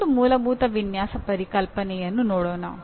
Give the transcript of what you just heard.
ಮತ್ತೊಂದು ಮೂಲಭೂತ ವಿನ್ಯಾಸ ಪರಿಕಲ್ಪನೆಯನ್ನು ನೋಡೋಣ